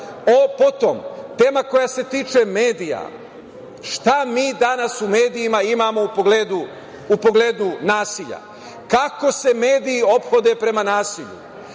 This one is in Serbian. potom, tema koja se tiče medija. Šta mi danas u medijima imamo u pogledu nasilja? Kako se mediji ophode prema nasilju?